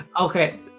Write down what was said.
Okay